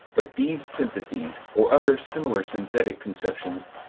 but these syntheses or other similar synthetic conceptions,